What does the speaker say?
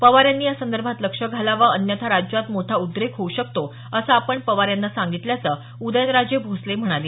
पवार यांनी यासंदर्भात लक्ष घालावं अन्यथा राज्यात मोठा उद्रेक होऊ शकतो असं आपण पवार यांना सांगितल्याचं उदयनराजे भोसले म्हणाले